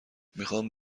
میخام